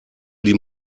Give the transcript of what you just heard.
die